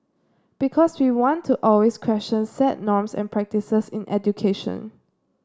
because we want to always question set norms and practices in education